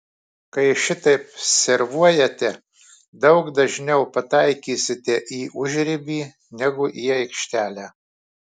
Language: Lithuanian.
kai šitaip servuojate daug dažniau pataikysite į užribį negu į aikštelę